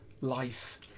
life